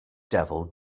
devil